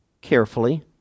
carefully